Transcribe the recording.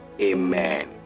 Amen